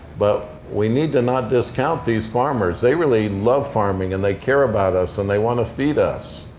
but we need to not discount these farmers. they really love farming, and they care about us. and they want to feed us.